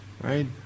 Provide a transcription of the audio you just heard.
Right